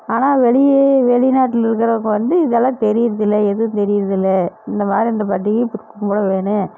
ஆனால் வெளியி வெளிநாட்டில் இருக்கிறவங்க வந்து இதெல்லாம் தெரிகிறதில்ல எதுவும் தெரிகிறதில்ல இந்த மாரி இந்த பண்டிகையை இப்படிக் கும்பிட வேணும்